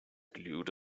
glued